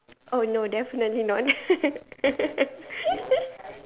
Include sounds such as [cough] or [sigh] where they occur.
oh no definitely not [laughs]